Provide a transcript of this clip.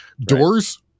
Doors